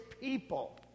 people